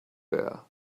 there